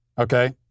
okay